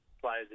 players